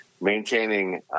maintaining –